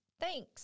Thanks